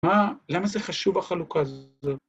‫למה זה חשוב, החלוקה הזאת?